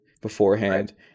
beforehand